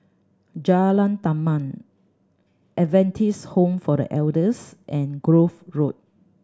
Jalan Taman Adventist Home for The Elders and Grove Road